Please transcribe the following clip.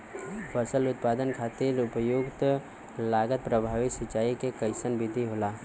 फसल उत्पादन खातिर सबसे उपयुक्त लागत प्रभावी सिंचाई के कइसन विधि होला?